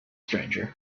stranger